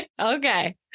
Okay